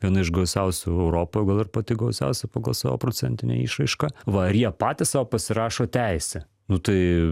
viena iš gausiausių europoj gal ir pati gausiausia pagal savo procentinę išraišką va ir jie patys sau pasirašo teisę nu tai